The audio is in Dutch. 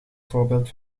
voorbeeld